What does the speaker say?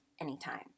anytime